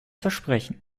versprechen